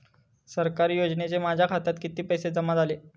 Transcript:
सरकारी योजनेचे माझ्या खात्यात किती पैसे जमा झाले?